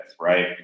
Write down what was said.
right